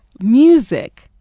music